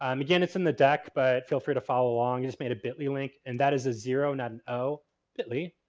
um again, it's in the deck, but feel free to follow along. i just made a bitly link and that is a zero not an o bit li.